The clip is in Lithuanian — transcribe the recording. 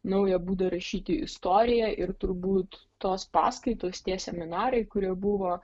naują būdą rašyti istoriją ir turbūt tos paskaitos tie seminarai kurie buvo